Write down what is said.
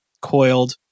coiled